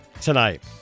tonight